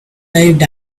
moved